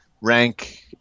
rank